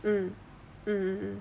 mm mm mm